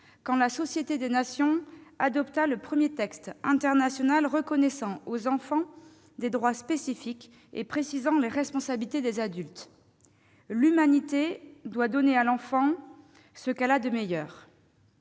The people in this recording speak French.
quand la Société des Nations adopta le premier texte international reconnaissant aux enfants des droits spécifiques et précisant les responsabilités des adultes :«[...] l'humanité doit donner à l'enfant ce qu'elle a de meilleur.